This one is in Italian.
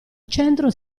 centro